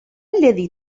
الذي